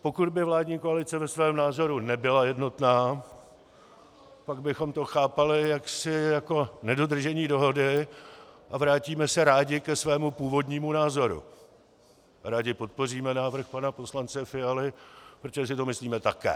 Pokud by vládní koalice ve svém názoru nebyla jednotná, pak bychom to chápali jako nedodržení dohody a vrátíme se rádi ke svému původnímu názoru a rádi podpoříme návrh pana poslance Fialy, protože si to myslíme také.